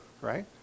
right